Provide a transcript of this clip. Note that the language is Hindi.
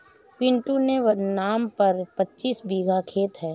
पिंटू के नाम पर पच्चीस बीघा खेत है